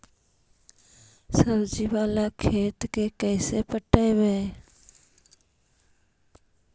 सब्जी बाला खेत के कैसे पटइबै?